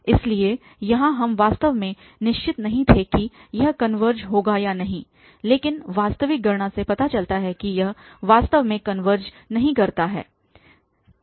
इसलिए यहाँ हम वास्तव में निश्चित नहीं थे कि यह कनवर्ज होगा या नहीं लेकिन वास्तविक गणना से पता चलता है कि यह वास्तव में कनवर्ज नहीं करता है